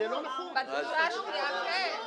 בדרישה השנייה כן.